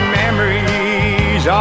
memories